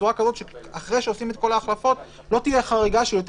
כך שאחרי שעושים את כל ההחלפות לא תהיה חריגה של יותר